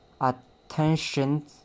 attention